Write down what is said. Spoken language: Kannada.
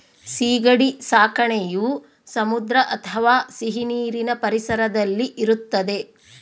ಸೀಗಡಿ ಸಾಕಣೆಯು ಸಮುದ್ರ ಅಥವಾ ಸಿಹಿನೀರಿನ ಪರಿಸರದಲ್ಲಿ ಇರುತ್ತದೆ